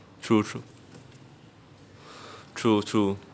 true true true true